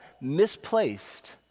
misplaced